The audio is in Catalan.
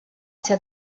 ser